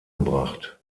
gebracht